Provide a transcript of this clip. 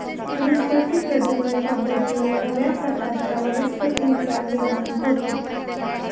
वनस्पती प्रजनन पद्धतीने नव्या प्रकारच्या वनस्पतींचा निर्माण होतो